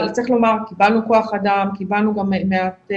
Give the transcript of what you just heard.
צריך לומר, קיבלנו כוח אדם, קיבלנו גם מעט,